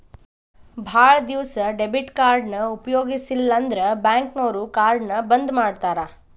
ಭಾಳ್ ದಿವಸ ಡೆಬಿಟ್ ಕಾರ್ಡ್ನ ಉಪಯೋಗಿಸಿಲ್ಲಂದ್ರ ಬ್ಯಾಂಕ್ನೋರು ಕಾರ್ಡ್ನ ಬಂದ್ ಮಾಡ್ತಾರಾ